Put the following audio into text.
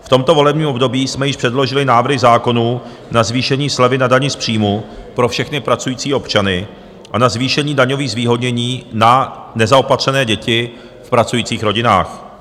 V tomto volebním období jsme již předložili návrhy zákonů na zvýšení slevy na dani z příjmu pro všechny pracující občany a na zvýšení daňových zvýhodnění na nezaopatřené děti v pracujících rodinách.